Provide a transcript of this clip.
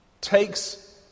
takes